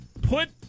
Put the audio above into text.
Put